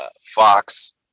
Fox